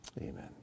Amen